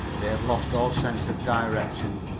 they had lost all sense of direction,